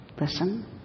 listen